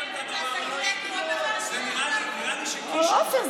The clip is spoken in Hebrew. זה מה שמונח לפניי, עפר.